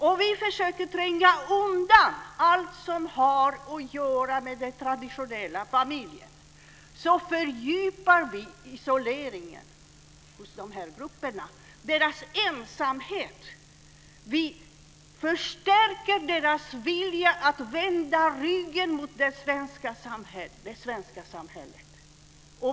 Om vi försöker att tränga undan allt som har att göra med den traditionella familjen fördjupar vi isoleringen och ensamheten hos dessa grupper. Vi förstärker deras vilja att vända ryggen mot det svenska samhället.